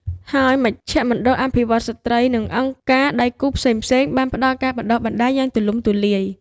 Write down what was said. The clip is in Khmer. ហើយ មជ្ឈមណ្ឌលអភិវឌ្ឍន៍ស្ត្រី និងអង្គការដៃគូផ្សេងៗបានផ្តល់ការបណ្តុះបណ្តាលយ៉ាងទូលំទូលាយ។